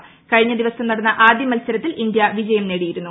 ്കഴിഞ്ഞ ദിവസം നടന്ന ആദ്യ മത്സരത്തിൽ ഇന്ത്യ വിജയം നേടിയിരുന്നു